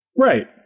right